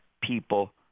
people